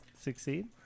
succeed